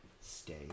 stay